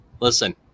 listen